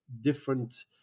different